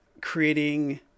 creating